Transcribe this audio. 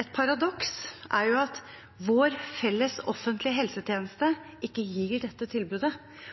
et paradoks, er at vår felles offentlige helsetjeneste ikke gir dette tilbudet,